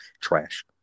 trash